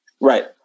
right